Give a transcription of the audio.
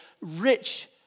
rich